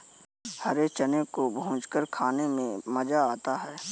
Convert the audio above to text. हरे चने को भूंजकर खाने में मज़ा आता है